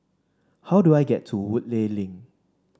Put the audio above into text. how do I get to Woodleigh Link